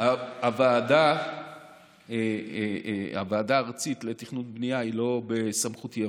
הוועדה הארצית לתכנון ובנייה היא לא בסמכותי.